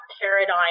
paradigm